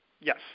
Yes